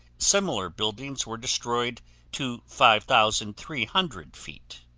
similar buildings were destroyed to five thousand three hundred feet.